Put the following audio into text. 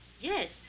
yes